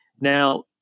Now